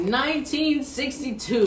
1962